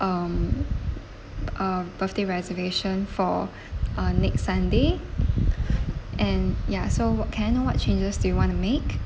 um uh birthday reservation for uh next sunday and ya so what can I know what changes do you want to make